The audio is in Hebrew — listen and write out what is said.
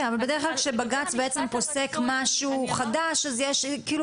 כן אבל בדרך כלל כשבג"ץ בעצם פוסק משהו חדש אז כאילו